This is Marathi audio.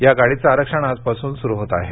या गाडीचं आरक्षण आजपासून सुरू होणार आहे